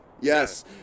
yes